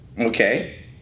okay